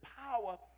power